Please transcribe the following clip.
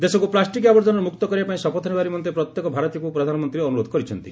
ଦେଶକୁ ପ୍ଲାଷ୍ଟିକ୍ ଆବର୍ଜନାରୁ ମୁକ୍ତ କରିବା ପାଇଁ ଶପଥ ନେବା ନିମନ୍ତେ ପ୍ରତ୍ୟେକ ଭାରତୀୟଙ୍କୁ ପ୍ରଧାନମନ୍ତୀ ଅନୁରୋଧ କରିଛନ୍ତି